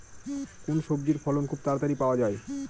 কোন সবজির ফলন খুব তাড়াতাড়ি পাওয়া যায়?